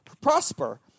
Prosper